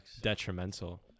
detrimental